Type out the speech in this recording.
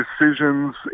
decisions